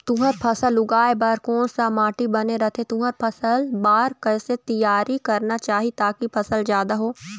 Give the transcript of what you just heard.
तुंहर फसल उगाए बार कोन सा माटी बने रथे तुंहर फसल बार कैसे तियारी करना चाही ताकि फसल जादा हो?